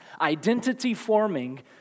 identity-forming